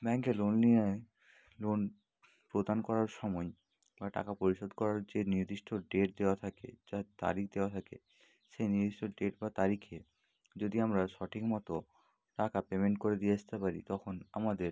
ব্যাংকে লোন নিয়ে লোন প্রদান করার সময় বা টাকা পরিশোধ করার যে নির্দিষ্ট ডেট দেওয়া থাকে যা তারিখ দেওয়া থাকে সেই নির্দিষ্ট ডেট বা তারিখে যদি আমরা সঠিক মতো টাকা পেমেন্ট করে দিয়ে আসতে পারি তখন আমাদের